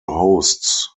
hosts